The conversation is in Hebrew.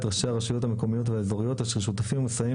את ראשי הרשויות המקומיות והאזוריות אשר שותפים ומסייעים